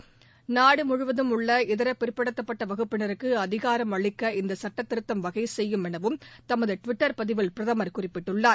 பிரதமர் நாடு முழுவதும் உள்ள இதர பிற்படுத்தப்பட்ட வகுப்பினருக்கு அதிகாரம் அளிக்க இந்த சட்டத்திருத்தம் வகைசெய்யும் எனவும் தமது டுவிட்டர் பதிவில் பிரதமர் குறிப்பிட்டுள்ளார்